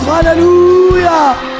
hallelujah